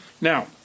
now